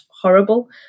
horrible